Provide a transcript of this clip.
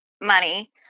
money